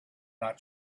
not